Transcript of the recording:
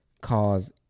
cause